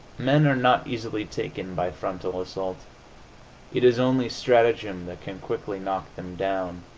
men are not easily taken by frontal assault it is only strategem that can quickly knock them down.